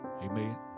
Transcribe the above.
Amen